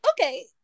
Okay